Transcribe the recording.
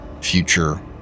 future